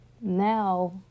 Now